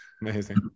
Amazing